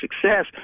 success